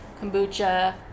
kombucha